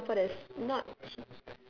even in singapore there's not